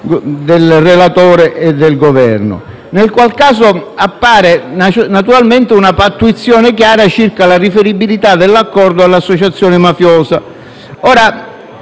Giarrusso, e del Governo. In questo caso, appare naturalmente una pattuizione chiara circa la riferibilità dell'accordo all'associazione mafiosa.